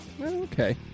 Okay